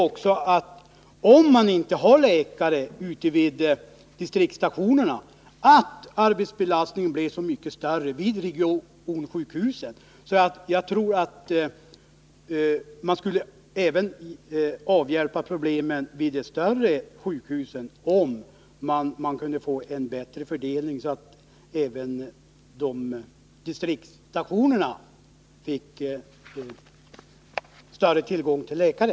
Om man inte har läkare ute vid distriktsstationerna innebär det också att arbetsbelastningen blir i motsvarande grad större vid regionsjukhusen. Jag tror att man skulle avhjälpa problemen även vid de större sjukhusen om man kunde få en bättre fördelning, så att även distriktsstationerna fick bättre tillgång till läkare.